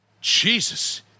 Jesus